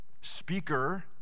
speaker